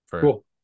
Cool